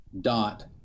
Dot